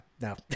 no